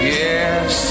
yes